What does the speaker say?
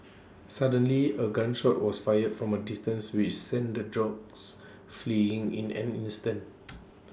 suddenly A gun shot was fired from A distance which sent the dogs fleeing in an instant